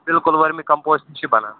بِکلُل vermicompost تہِ چھُ بَنان